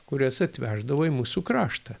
kurias atveždavo į mūsų kraštą